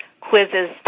quizzes